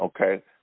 okay